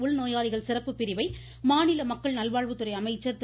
உள்நோயாளிகள் சிறப்புப் பிரிவை மாநில மக்கள் நல்வாழ்வுத்துறை அமைச்சர் திரு